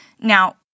Now